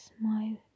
smile